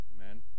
amen